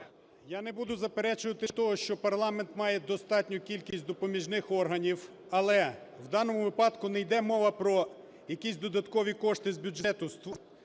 Я не буду заперечувати того, що парламент має достатню кількість допоміжних органів, але в даному випадку не йде мова про якісь додаткові кошти з бюджету.